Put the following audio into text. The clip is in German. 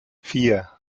vier